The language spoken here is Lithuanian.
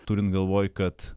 turint galvoj kad